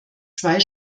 zwei